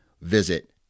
visit